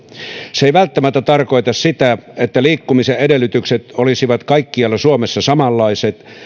se ei välttämättä tarkoita sitä että liikkumisen edellytykset olisivat kaikkialla suomessa samanlaiset